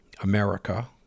America